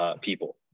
People